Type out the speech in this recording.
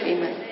Amen